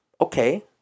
okay